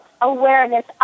awareness